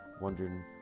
wondering